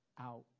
out